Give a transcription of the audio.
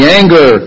anger